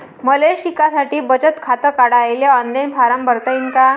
मले शिकासाठी बचत खात काढाले ऑनलाईन फारम भरता येईन का?